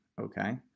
okay